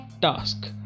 task